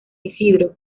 isidro